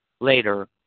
later